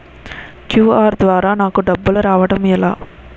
QR ద్వారా నాకు డబ్బులు రావడం ఎలా?